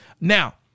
Now